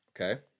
Okay